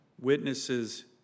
witnesses